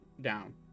down